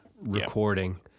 recording